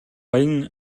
баян